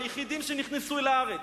והיחידים שנכנסו אל הארץ,